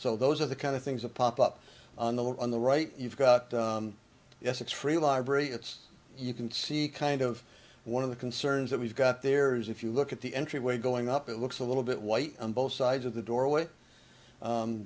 so those are the kind of things that pop up on the on the right you've got yes it's free library it's you can see kind of one of the concerns that we've got there is if you look at the entryway going up it looks a little bit white on both sides of the doorway